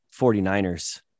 49ers